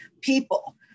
people